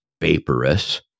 vaporous